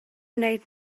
wneud